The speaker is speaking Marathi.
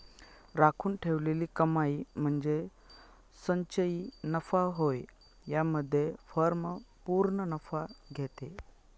राखून ठेवलेली कमाई म्हणजे संचयी नफा होय यामध्ये फर्म पूर्ण नफा घेते